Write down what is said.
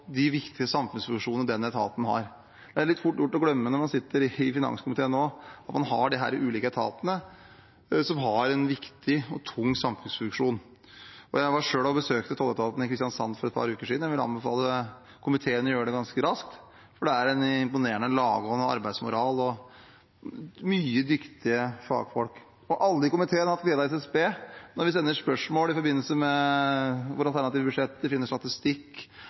de viktige samfunnsfunksjonene den etaten har. Det er også fort gjort å glemme når man sitter i finanskomiteen, at man har disse ulike etatene som har en viktig og tung samfunnsfunksjon. Jeg var selv og besøkte tolletaten i Kristiansand for et par uker siden. Jeg vil anbefale komiteen å gjøre det ganske raskt, for det er en imponerende lagånd og arbeidsmoral og mange dyktige fagfolk. Alle i komiteen har hatt glede av SSB når de sender spørsmål i forbindelse med hvor i alternativt budsjett de finner statistikk